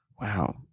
Wow